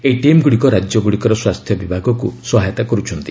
ଏହି ଟିମ୍ଗୁଡ଼ିକ ରାଜ୍ୟଗୁଡ଼ିକର ସ୍ୱାସ୍ଥ୍ୟ ବିଭାଗକୁ ସହାୟତା କରୁଛନ୍ତି